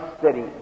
city